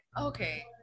Okay